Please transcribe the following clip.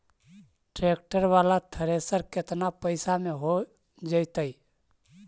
Tractor बाला thresher केतना पैसा में हो जैतै?